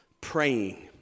praying